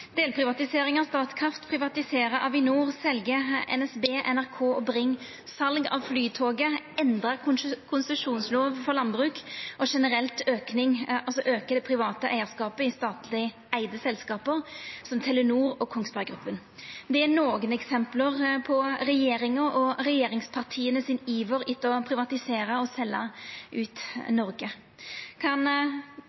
Delprivatisering av Statkraft. Privatisere Avinor. Selje NSB, NRK og Bring. Sal av Flytoget. Endre konsesjonslova for landbruk. Og generelt auke det private eigarskapet i statleg eigde selskap som Telenor og Kongsberg Gruppen. Dette er nokre døme på regjeringa og regjeringspartia sin iver etter å privatisere og